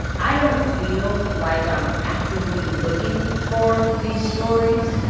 i don't feel like i'm actively looking for these stories.